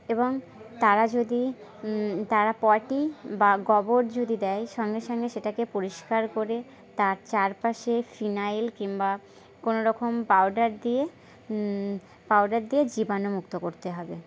এবং তারা যদি তারা পটি বা গোবর যদি দেয় সঙ্গে সঙ্গে সেটাকে পরিষ্কার করে তার চারপাশে ফিনাইল কিংবা কোনো রকম পাউডার দিয়ে পাউডার দিয়ে জীবাণুমুক্ত করতে হবে